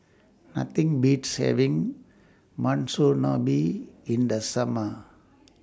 Nothing Beats having Monsunabe in The Summer